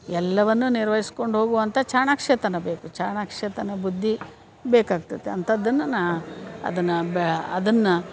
ಎಲ್ಲವನ್ನೂ ನಿರ್ವಹಿಸ್ಕೊಂಡು ಹೋಗುವಂಥ ಚಾಣಕ್ಷತನ ಬೇಕು ಚಾಣಕ್ಷತನ ಬುದ್ಧಿ ಬೇಕಾಗ್ತದೆ ಅಂಥದ್ದನ್ನು ನಾ ಅದನ್ನು ಬ್ಯಾ ಅದನ್ನು